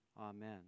Amen